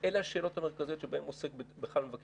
אלה השאלות המרכזיות שבהן עוסק בכלל מבקר